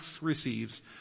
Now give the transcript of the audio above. receives